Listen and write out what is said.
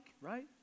right